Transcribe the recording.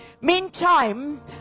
Meantime